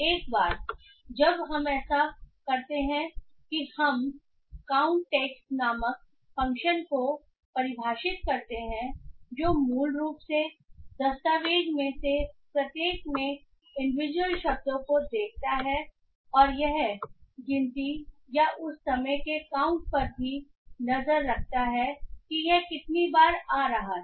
एक बार जब हम ऐसा करते हैं कि हम काउंट टेक्स्ट नामक फ़ंक्शन को परिभाषित करते हैं जो मूल रूप से दस्तावेज़ में से प्रत्येक में इंडिविजुअल शब्दों को देखता है और यह गिनती या उस समय के काउंट पर भी नज़र रखता है कि यह कितनी बार आ रहा है